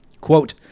Quote